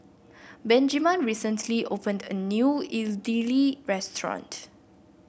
Benjiman recently opened a new Idili restaurant